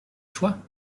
choix